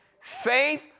faith